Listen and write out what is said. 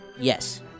Yes